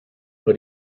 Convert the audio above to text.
but